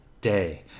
day